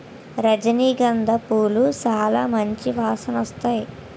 రజనీ గంధ పూలు సాలా మంచి వాసనొత్తాయి